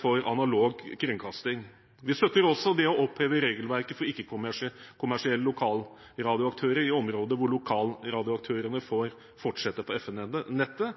for analog kringkasting. Vi støtter også det å oppheve regelverket for ikke-kommersielle lokalradioaktører i områder hvor lokalradioaktørene får fortsette på